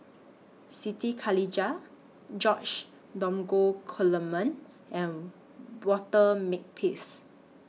Siti Khalijah George Dromgold Coleman and Walter Makepeace